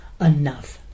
Enough